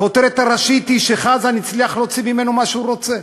הכותרת הראשית היא שחזן הצליח להוציא ממנו מה שהוא רוצה.